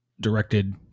directed